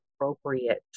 appropriate